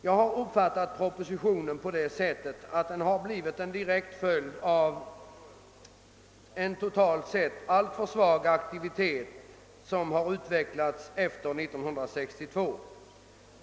Jag har uppfattat propositionen på det sättet att den är en direkt följd av en totalt sett alltför svag aktivitet efter 1962.